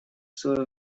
своё